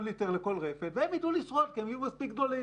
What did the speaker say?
ליטר לכל רפת והן יידעו לשרוד כי הן יהיו מספיק גדולות.